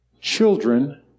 Children